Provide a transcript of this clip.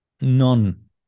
none